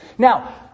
Now